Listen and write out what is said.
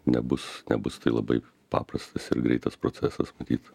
nebus nebus tai labai paprastas ir greitas procesas matyt